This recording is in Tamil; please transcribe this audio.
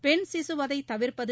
பெண் சிசு வதையை தவிர்ப்பது